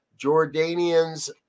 Jordanians